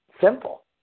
simple